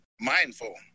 mindful